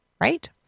right